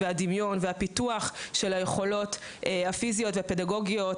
הדמיון והפיתוח של היכולות הפיזיות והפדגוגיות